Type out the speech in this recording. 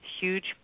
huge